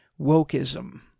wokeism